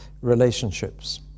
relationships